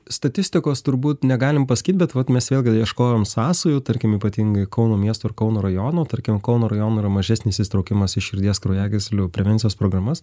statistikos turbūt negalim pasakyt bet vat mes vėlgi ieškojom sąsajų tarkim ypatingai kauno miesto ir kauno rajonų tarkim kauno rajono yra mažesnis įsitraukimas į širdies kraujagyslių prevencijos programas